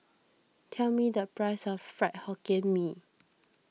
tell me the price of Fried Hokkien Mee